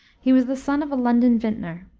he was the son of a london vintner,